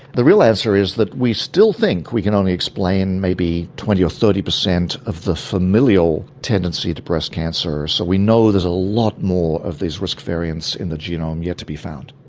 the real answer is that we still think we can only explain maybe twenty or thirty per cent of the familial tendency to breast cancer. so we know there's a lot more of these risk variants in the genome yet to be found.